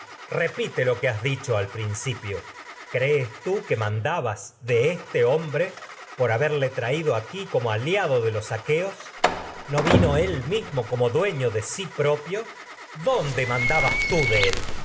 repite lo que has dicho principio crees tú que mandabas de este hombre aliado de los aqueos no por haberlo traído aquí mismo como como vino él dueño de sí propio dónde manda so bas tú de bre